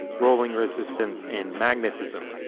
rolling resistance and magnetism.